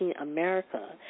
America